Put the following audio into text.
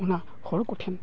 ᱚᱱᱟ ᱦᱚᱲ ᱠᱚᱴᱷᱮᱱ